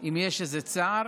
אם יש איזה צער